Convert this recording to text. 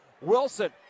Wilson